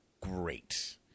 great